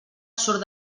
surt